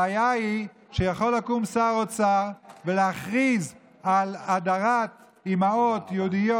הבעיה היא שיכול לקום שר אוצר ולהכריז על הדרת אימהות יהודיות,